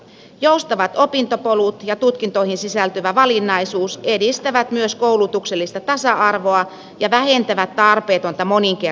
joustavat opintopolut ja tutkintoihin sisältyvä valinnaisuus edistävät myös koulutuksellista tasa arvoa ja vähentävät tarpeetonta moninkertaista koulutusta